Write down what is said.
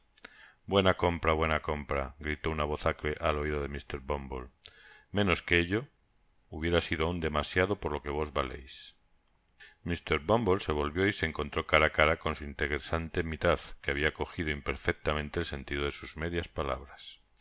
buena compra buena compra gritó una voz acre al oido de mr bumble menos que ello hubiera sido aun demasiado por lo que vos valeis mr bumble se volvió y se encontró cara á cara con su interesante mitad que habia cojido imperfectamente el sentido de sus medias paiabras